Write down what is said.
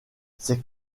c’est